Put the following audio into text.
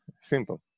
simple